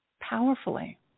powerfully